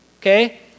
okay